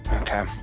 Okay